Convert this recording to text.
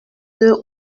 deux